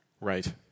right